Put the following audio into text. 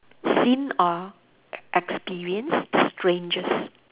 seen or experienced the strangest